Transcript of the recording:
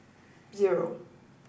zero